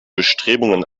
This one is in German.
bestrebungen